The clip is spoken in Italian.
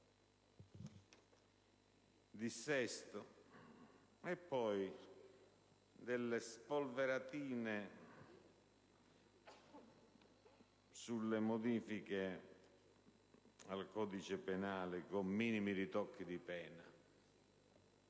dissesto, e delle spolveratine sulle modifiche al codice penale, con minimi ritocchi di pena.